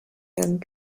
and